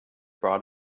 brought